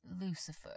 Lucifer